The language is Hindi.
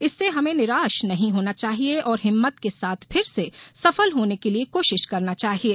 इससे हमें निराश नहीं होना चाहिये और हिम्मत के साथ फिर से सफल होने के लिये कोशिश करना चाहिये